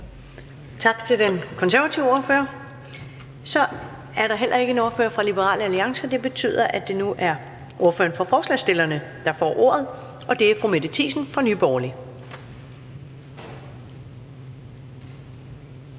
Tak til den konservative ordfører. Der er heller ikke nogen ordfører for Liberal Alliance. Det betyder, at det nu er ordføreren for forslagsstillerne, der får ordet, og det er fru Mette Thiesen fra Nye Borgerlige.